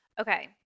Okay